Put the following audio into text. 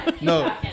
No